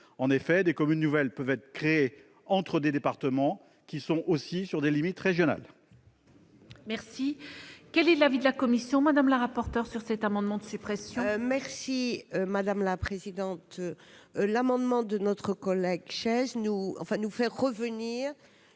En effet, des communes nouvelles peuvent être créées entre des départements situés sur des limites régionales.